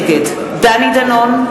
נגד דני דנון,